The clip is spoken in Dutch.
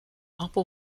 appel